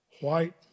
white